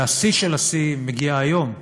והשיא של השיא מגיע היום,